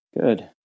good